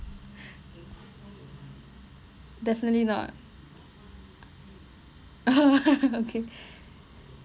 definitely not okay